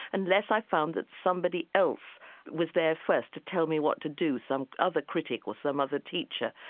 unless i found that somebody else was there first to tell me what to do, some other critic or some other teacher,